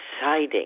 deciding